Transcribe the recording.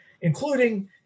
including